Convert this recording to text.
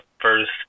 first